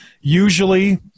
Usually